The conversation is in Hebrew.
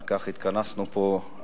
לשם כך התכנסנו פה עכשיו.